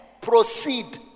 proceed